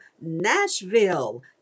nashville